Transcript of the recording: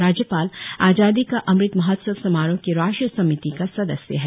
राज्यपाल आजादी का अमृत महोत्सव समारोह के राष्ट्रीय समिति का सदस्य है